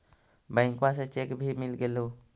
बैंकवा से चेक भी मिलगेलो?